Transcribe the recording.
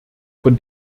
von